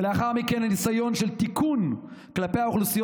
ולאחר מכן הניסיון של תיקון כלפי האוכלוסיות